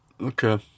Okay